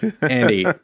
Andy